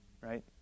right